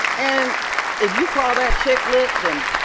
and if you call that chick lit, then